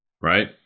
right